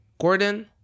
Gordon